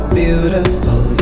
beautiful